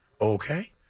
Okay